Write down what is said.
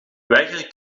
weigeren